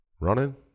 running